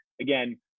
again